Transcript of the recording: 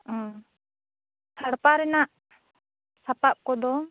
ᱩᱸ ᱛᱷᱟᱲᱯᱟ ᱨᱮᱱᱟᱜ ᱥᱟᱯᱟᱵᱽ ᱠᱚᱫᱚ